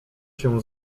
się